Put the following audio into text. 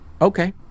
okay